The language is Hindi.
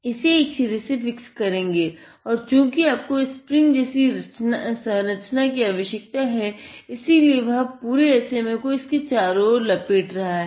इसे एक सिरे से फिक्स करेगे और चूंकि आपको स्प्रिंग जैसी संरचना की आवशयकता है इसीलिए वह पूरे SMA को इसके चारो ओर लपेट रहा है